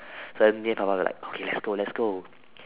then me and Baba were like okay let's go let's go